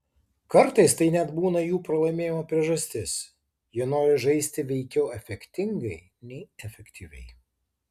kartais tai net būna jų pralaimėjimo priežastis jie nori žaisti veikiau efektingai nei efektyviai